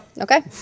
Okay